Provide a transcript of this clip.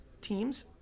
teams